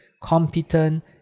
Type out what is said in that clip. competent